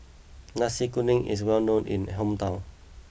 Nasi Kuning is well known in my hometown